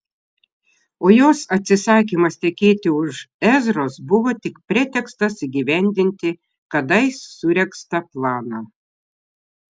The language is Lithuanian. o jos atsisakymas tekėti už ezros buvo tik pretekstas įgyvendinti kadais suregztą planą